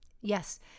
Yes